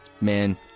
Man